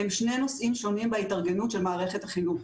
הם שני נושאים שונים בהתארגנות של מערכת החינוך.